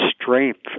strength